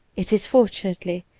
it is, fortunately,